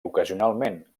ocasionalment